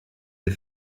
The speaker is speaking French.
des